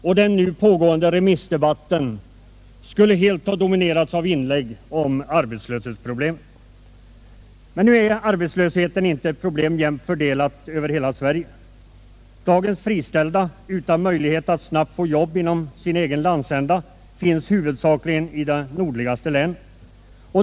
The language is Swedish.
Och den nu pågående remissdebatten skulle helt ha dominerats av inlägg om arbetslöshetsproblem. Men nu är arbetslösheten inte ett problem jämnt fördelat över hela Sverige. Dagens friställda, utan möjlighet att snabbt få jobb inom sin egen landsända, finns huvudsakligen i de nordligaste länen.